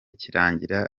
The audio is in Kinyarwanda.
kirangira